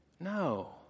No